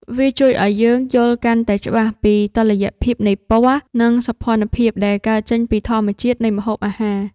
វាជួយឱ្យយើងយល់កាន់តែច្បាស់ពីតុល្យភាពនៃពណ៌ និងសោភ័ណភាពដែលកើតចេញពីធម្មជាតិនៃម្ហូបអាហារ។